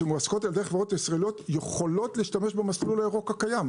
שמועסקות על-ידי חברות הישראליות יכולות להשתמש במסלול הירוק הקיים,